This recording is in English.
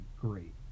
Great